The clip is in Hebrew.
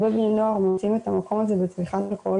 הרבה בני נוער מוצאים את המקום הזה בתמיכת אלכוהול